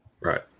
Right